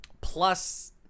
plus